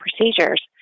procedures